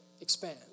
expand